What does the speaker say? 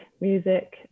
music